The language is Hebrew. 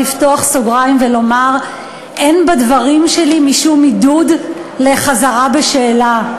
לפתוח סוגריים ולומר: אין בדברים שלי משום עידוד לחזרה בשאלה.